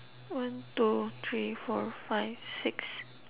one two three four five six